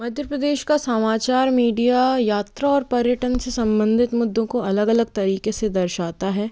मध्य प्रदेश का सामाचार मीडिया यात्रा और पर्यटन से संमनधित मुद्दों को अलग अलग तरीक़े से दर्शाता है